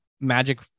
magic